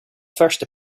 first